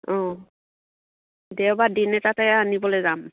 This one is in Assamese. অঁ দেওবাৰ দিন এটাতে আনিবলৈ যাম